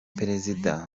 perezida